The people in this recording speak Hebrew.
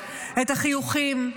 את החיוכים,